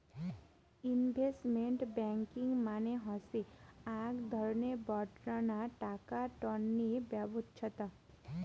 investment banking মানে হসে আক ধরণের বডঙ্না টাকা টননি ব্যবছস্থা